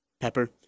Pepper